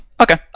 Okay